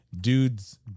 dudes